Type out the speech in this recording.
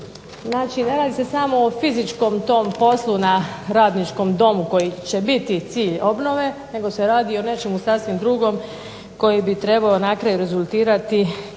ne radi se samo o fizičkom tom poslu na Radničkom domu koji će biti cilj obnove nego se radi i o nečemu sasvim drugom koji bi trebao na kraju rezultirati kao više ne